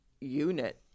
unit